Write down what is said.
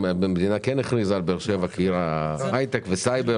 המדינה כן הכריזה על באר שבע כעיר ההיי-טק וסייבר.